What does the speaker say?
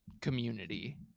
community